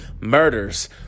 murders